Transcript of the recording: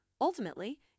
ultimately